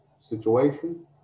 situation